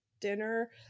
dinner